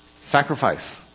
Sacrifice